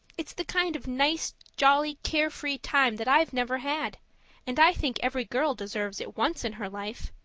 it's the kind of nice, jolly, care-free time that i've never had and i think every girl deserves it once in her life.